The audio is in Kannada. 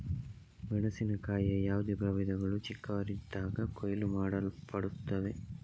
ಮೆಣಸಿನಕಾಯಿಯ ಯಾವುದೇ ಪ್ರಭೇದಗಳು ಚಿಕ್ಕವರಾಗಿದ್ದಾಗ ಕೊಯ್ಲು ಮಾಡಲ್ಪಡುತ್ತವೆ